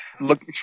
Look